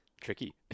Tricky